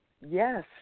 Yes